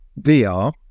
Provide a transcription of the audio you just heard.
VR